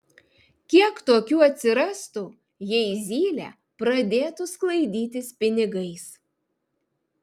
kiek tokių atsirastų jei zylė pradėtų sklaidytis pinigais